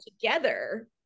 together